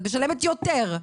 את משלמת יותר.